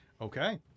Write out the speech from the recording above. Okay